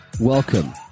Welcome